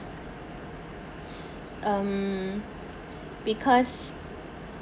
um because